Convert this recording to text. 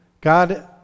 God